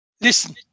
Listen